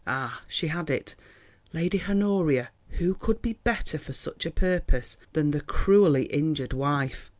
ah! she had it lady honoria! who could be better for such a purpose than the cruelly injured wife?